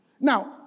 Now